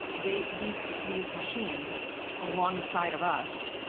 they, these, these machines, alongside of us,